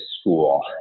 school